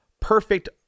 perfect